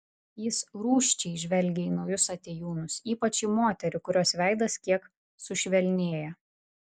jis rūsčiai žvelgia į naujus atėjūnus ypač į moterį kurios veidas kiek sušvelnėja